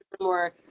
more